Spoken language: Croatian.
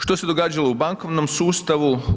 Što se događalo u bankovnom sustavu?